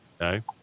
okay